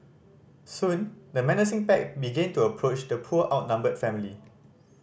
soon the menacing pack began to approach the poor outnumbered family